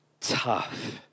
tough